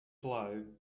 blow